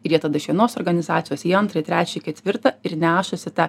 ir jie tada iš vienos organizacijos į antrą į trečią į ketvirtą ir nešasi tą